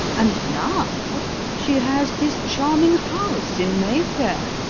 and now she has this charming house in mayfair,